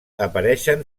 apareixen